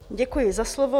Děkuji za slovo.